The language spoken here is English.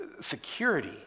security